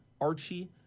Archie